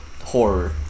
horror